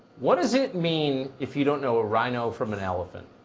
what does it mean if you don't know a rino from an elephant?